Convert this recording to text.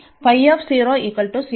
ആണ്